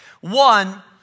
One